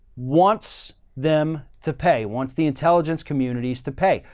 wants them to pay once the intelligence communities to pay.